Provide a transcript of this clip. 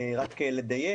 רק לדייק,